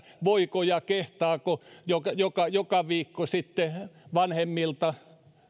voiko ja kehtaako joka joka viikko vanhemmilta